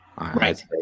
right